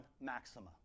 Maxima